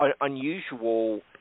unusual